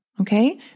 Okay